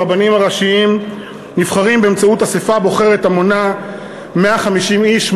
הרבנים הראשיים נבחרים באמצעות אספה בוחרת המונה 150 איש,